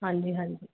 ਹਾਂਜੀ ਹਾਂਜੀ